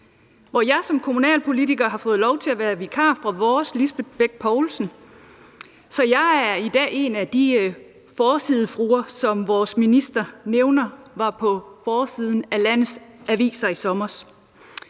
hvor jeg som kommunalpolitiker har fået lov til at være vikar for vores Lisbeth Bech Poulsen. Så jeg er i dag en af de forsidefruer, som vores minister nævner var på forsiden af landets aviser i sommer.